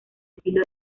estilo